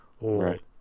Right